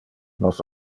nos